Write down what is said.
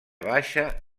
baixa